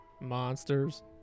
monsters